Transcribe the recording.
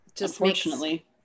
unfortunately